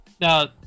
Now